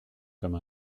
comme